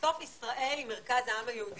בסוף ישראל היא מרכז העם היהודי.